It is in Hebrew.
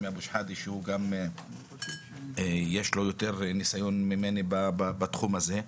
סמי אבו שחאדה שיש לו יותר ניסיון ממני בתחום הזה.